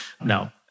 No